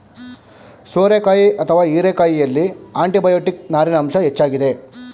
ಸೋರೆಕಾಯಿ ಅಥವಾ ಹೀರೆಕಾಯಿಯಲ್ಲಿ ಆಂಟಿಬಯೋಟಿಕ್, ನಾರಿನ ಅಂಶ ಹೆಚ್ಚಾಗಿದೆ